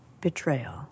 betrayal